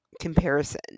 comparison